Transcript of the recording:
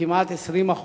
כמעט ב-20%,